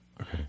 Okay